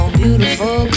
beautiful